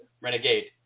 Renegade